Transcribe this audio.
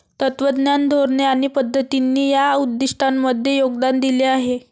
तत्त्वज्ञान, धोरणे आणि पद्धतींनी या उद्दिष्टांमध्ये योगदान दिले आहे